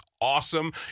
awesome